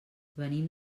venim